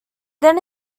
then